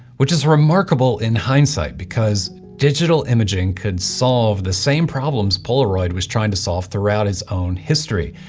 which is remarkable in hindsight because digital imaging could solve the same problems polaroid was trying to solve throughout its own history.